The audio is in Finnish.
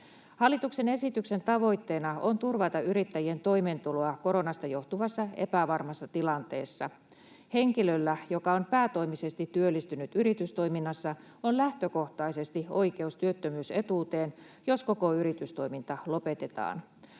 Hallituksen esityksen tavoitteena on turvata yrittäjien toimeentuloa koronasta johtuvassa epävarmassa tilanteessa. Henkilöllä, joka on päätoimisesti työllistynyt yritystoiminnassa, on lähtökohtaisesti oikeus työttömyysetuuteen, jos koko yritystoiminta lopetetaan.